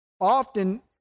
often